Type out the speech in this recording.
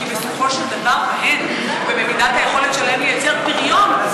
כי בסופו של דבר בהם וביכולת שלהם לייצר פריון,